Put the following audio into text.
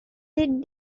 did